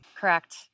Correct